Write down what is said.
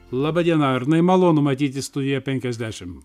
laba diena arnai malonu matyti studijoje penkiasdešimt